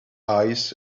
eyes